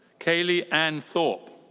kayli anne thorpe.